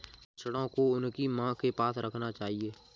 बछड़ों को उनकी मां के पास रखना चाहिए